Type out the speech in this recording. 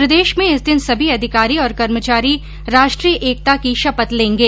प्रदेश में इस दिन सभी अधिकारी और कर्मचारी राष्ट्रीय एकता की शपथ लेगें